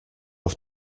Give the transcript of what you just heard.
auf